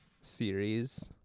series